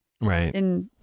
Right